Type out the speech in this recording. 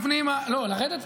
לרדת?